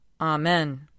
Amen